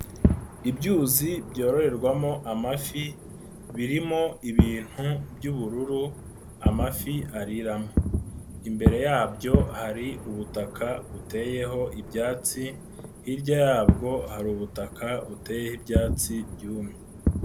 Ibyuzi byororerwamo amafi birimo ibintu by'ubururu amafi ariramo, imbere yabyo hari ubutaka buteyeho ibyatsi, hirya yabwo hari ubutaka buteyeho ibyatsi byumye.